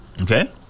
Okay